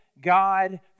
God